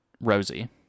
Rosie